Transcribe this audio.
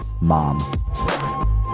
mom